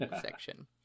section